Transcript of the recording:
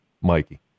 Mikey